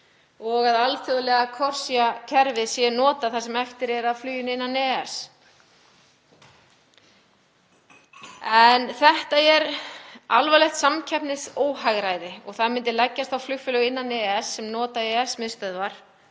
og að alþjóðlega CORSIA-kerfið sé notað það sem eftir er af fluginu innan EES. Þetta er alvarlegt samkeppnisóhagræði og það myndi leggjast á flugfélög innan EES sem nota EES-miðstöðvar